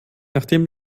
nachdem